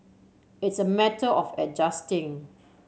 it's a matter of adjusting